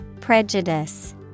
Prejudice